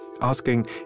asking